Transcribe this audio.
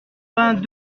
vingt